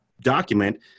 document